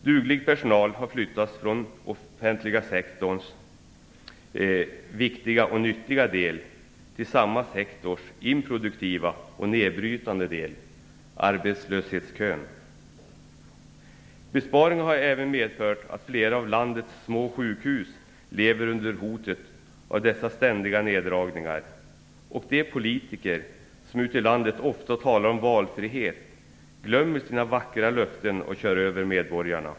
Duglig personal har flyttats från den offentliga sektorns viktiga och nyttiga del till samma sektorn improduktiva och nedbrytande del, arbetslöshetskön. Besparingarna har även medfört att flera av landets små sjukhus lever under hotet av dessa ständiga neddragningar, och de politiker som ute i landet så ofta talar om valfrihet glömmer sina vackra löften och kör över medborgarna.